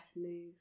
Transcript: move